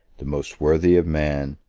the most worthy of man,